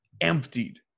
emptied